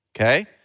okay